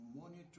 monitor